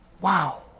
Wow